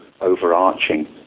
overarching